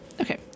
okay